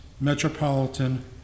Metropolitan